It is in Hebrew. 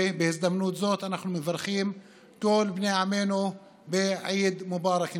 ובהזדמנות הזאת אנחנו מברכים את כל בני עמנו בעיד מובארכ,